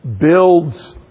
builds